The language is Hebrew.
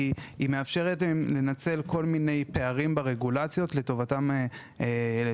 כי היא מאפשרת להם לנצל כל מיני פערים ברגולציות לטובת הרווח,